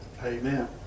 Amen